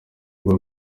mbuga